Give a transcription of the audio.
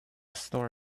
store